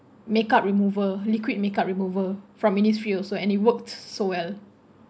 makeup remover liquid makeup removal from innisfree also and it worked so well